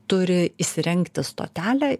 turi įsirengti stotelę